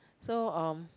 so um